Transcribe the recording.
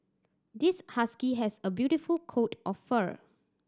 this husky has a beautiful coat of fur